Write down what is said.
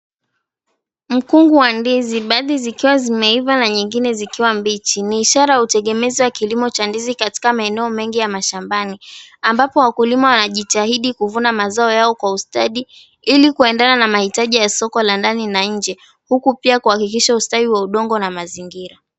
Mkungu wa ndizi, baadhi zikiwa zimeiva, nyingine zikiwa mbichi, ni ishara ya utegemezi wa kilimo cha ndizi katika maeneo mengi ya mashambani, ambapo wakulima wanajitahidi kuvuna mazao yao kwa ustadi ili kuandaa mahitaji ya soko la ndani na nje, huku pia kuhakikisha ustawi wa udongo na mazingira.